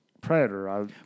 Predator